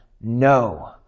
no